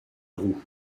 roux